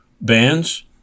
bands